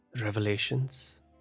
revelations